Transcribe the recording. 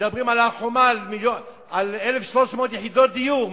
מדברים על הר-חומה, על 1,300 יחידות דיור.